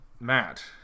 Matt